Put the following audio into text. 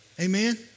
Amen